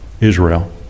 Israel